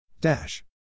Dash